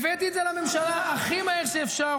הבאתי את זה לממשלה הכי מהר שאפשר.